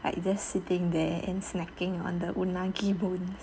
like just sitting there and snacking on the unagi bone